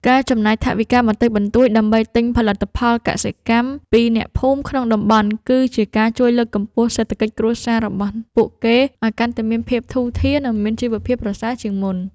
ការចំណាយថវិកាបន្តិចបន្តួចដើម្បីទិញផលិតផលកសិកម្មពីអ្នកភូមិក្នុងតំបន់គឺជាការជួយលើកកម្ពស់សេដ្ឋកិច្ចគ្រួសាររបស់ពួកគេឱ្យកាន់តែមានភាពធូរធារ និង មានជីវភាពប្រសើរជាងមុន។